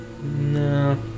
No